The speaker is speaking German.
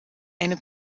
eine